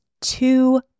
two